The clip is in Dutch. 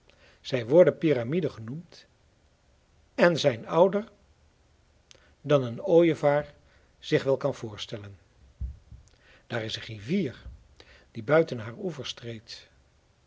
zij worden piramiden genoemd en zijn ouder dan een ooievaar zich wel kan voorstellen daar is een rivier die buiten haar oevers treedt